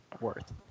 worth